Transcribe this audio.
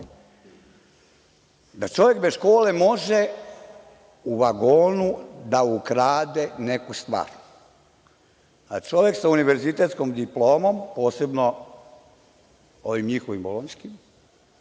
da čovek bez škole može u vagonu da ukrade neku stvar. Čovek sa univerzitetskom diplomom, posebno ovim njihovim bolonjskim,